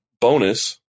bonus